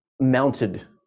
mounted